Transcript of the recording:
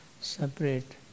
separate